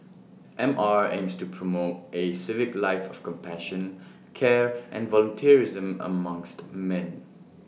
M R aims to promote A civic life of compassion care and volunteerism amongst man